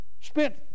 spent